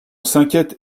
s’inquiète